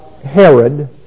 Herod